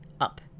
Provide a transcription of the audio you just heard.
up